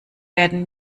werden